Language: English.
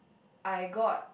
I got